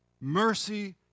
mercy